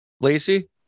Lacey